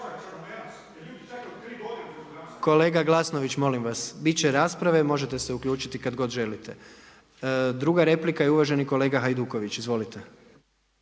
Kolega Glasnović, molim vas. Bit će rasprave, možete se uključiti kada god želite. Druga replika uvaženi kolega Hajduković. Izvolite.